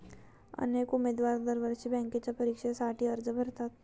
अनेक उमेदवार दरवर्षी बँकेच्या परीक्षेसाठी अर्ज भरतात